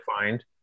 defined